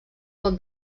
pot